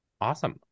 Awesome